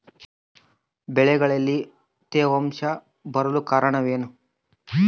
ಬೆಳೆಗಳಲ್ಲಿ ತೇವಾಂಶ ಬರಲು ಕಾರಣ ಏನು?